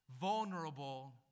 Vulnerable